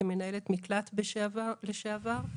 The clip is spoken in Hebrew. כמנהלת מקלט לנשים מוכות לשעבר,